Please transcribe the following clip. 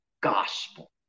gospel